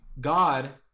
God